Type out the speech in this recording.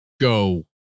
go